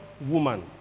woman